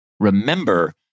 Remember